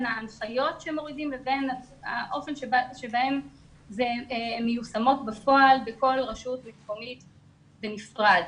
ההנחיות שמורידים לבין האופן בו הן מיושמות בפועל בכל רשות מקומית בנפרד.